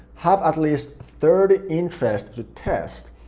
have at least thirty interests to test,